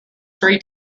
three